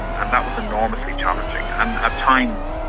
and that was enormously challenging and at times,